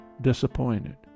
disappointed